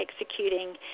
executing